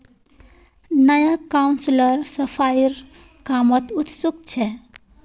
नया काउंसलर सफाईर कामत उत्सुक छ